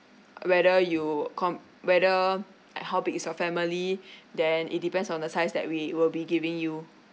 whether you com~ whether like how big is your family then it depends on the size that we will be giving you